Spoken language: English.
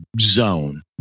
zone